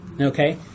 okay